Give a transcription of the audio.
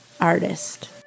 artist